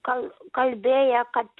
kal kalbėję kad